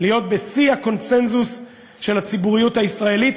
להיות בשיא הקונסנזוס של הציבוריות הישראלית,